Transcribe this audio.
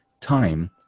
time